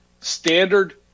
standard